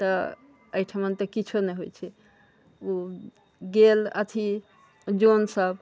तऽ अइठमन तऽ किछो नहि होइ छै ओ गेल अथी जन सब